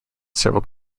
several